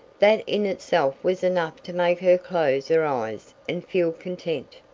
that in itself was enough to make her close her eyes and feel content.